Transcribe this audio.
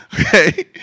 Okay